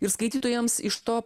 ir skaitytojams iš to